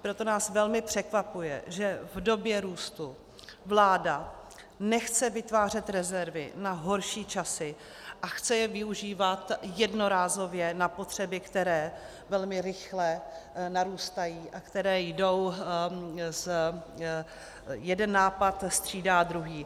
Proto nás velmi překvapuje, že v době růstu vláda nechce vytvářet rezervy na horší časy a chce je využívat jednorázově na potřeby, které velmi rychle narůstají a kdy jeden nápad střídá druhý.